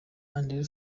andré